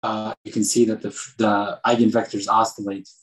אהה... ‫אתם יכולים לראות שהוויקטורים ‫האיגניים מפלגים.